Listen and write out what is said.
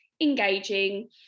engaging